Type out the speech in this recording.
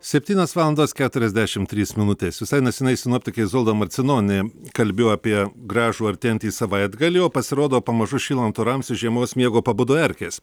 septynios valandos keturiasdešim trys minutės visai neseniai sinoptikė izolda marcinonienė kalbėjo apie gražų artėjantį savaitgalį o pasirodo pamažu šylant orams iš žiemos miego pabudo erkės